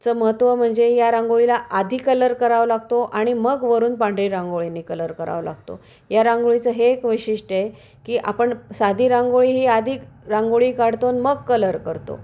चं महत्त्व म्हणजे या रांगोळीला आधी कलर करावा लागतो आणि मग वरून पांढरी रांगोळीने कलर करावा लागतो या रांगोळीचं हे एक वैशिष्ट्य आहे की आपण साधी रांगोळी ही आधी रांगोळी काढतो न मग कलर करतो